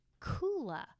Kula